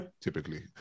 typically